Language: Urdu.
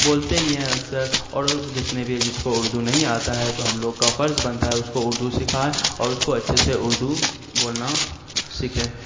بولتے ہی ہیں اکثر اور اور جتنے بھی ہے جس کو اردو نہیں آتا ہے تو ہم لوگ کا فرض بنتا ہے اس کو اردو سکھائیں اور اس کو اچھے سے اردو بولنا سیکھیں